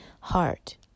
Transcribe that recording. heart